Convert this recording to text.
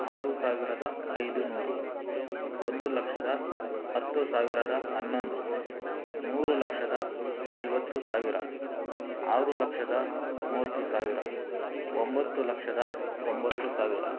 ಆರು ಸಾವಿರದ ಐದು ನೂರು ಒಂದು ಲಕ್ಷದ ಹತ್ತು ಸಾವಿರದ ಹನ್ನೊಂದು ಮೂರು ಲಕ್ಷದ ಐವತ್ತು ಸಾವಿರ ಆರು ಲಕ್ಷದ ಮೂವತ್ತು ಸಾವಿರ ಒಂಬತ್ತು ಲಕ್ಷದ ತೊಂಬತ್ತು ಸಾವಿರ